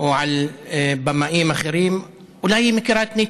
או על במאים אחרים, אולי היא מכירה את ניטשה,